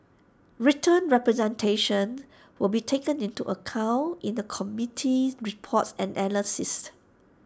written representations will be taken into account in the committee's report and analysis